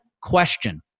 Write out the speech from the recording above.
question